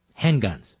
Handguns